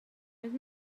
with